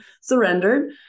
surrendered